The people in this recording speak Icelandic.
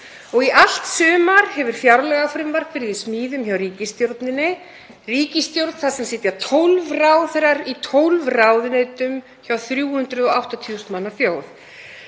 Í allt sumar hefur fjárlagafrumvarp verið í smíðum hjá ríkisstjórninni, ríkisstjórn þar sem sitja 12 ráðherrar í 12 ráðuneytum hjá 380.000 manna þjóð.